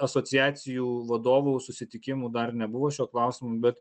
asociacijų vadovų susitikimų dar nebuvo šiuo klausimu bet